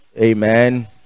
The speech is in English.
amen